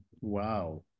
Wow